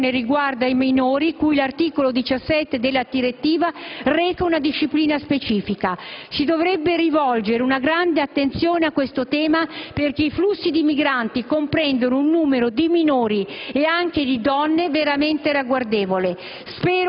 infine, riguarda i minori cui l'articolo 17 della direttiva reca una disciplina specifica. Si dovrebbe rivolgere una grande attenzione a tale tema, perché i flussi di migranti comprendono un numero di minori e anche di donne veramente ragguardevole.